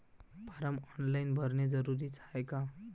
Form online भरने जरुरीचे हाय का?